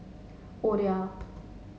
Olia